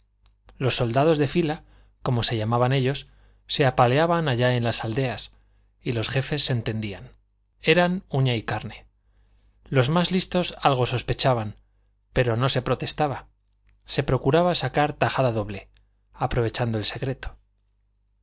los soldados de fila como se llamaban ellos se apaleaban allá en las aldeas y los jefes se entendían eran uña y carne los más listos algo sospechaban pero no se protestaba se procuraba sacar tajada doble aprovechando el secreto